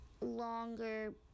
longer